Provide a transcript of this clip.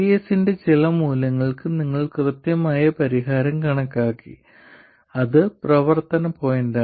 VS ന്റെ ചില മൂല്യങ്ങൾക്ക് നിങ്ങൾ കൃത്യമായ പരിഹാരം കണക്കാക്കി അത് പ്രവർത്തന പോയിന്റാണ്